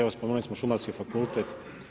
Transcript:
Evo spomenuli smo Šumarski fakultet.